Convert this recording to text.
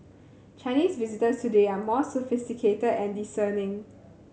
Chinese visitors today are more sophisticated and discerning